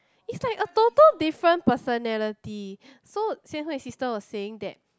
it's like a total different personality so Xian-Hui's sister was saying that